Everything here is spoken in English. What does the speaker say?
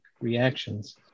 reactions